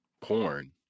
porn